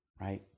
right